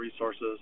Resources